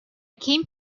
came